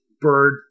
bird